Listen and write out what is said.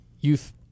youth